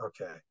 okay